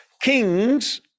Kings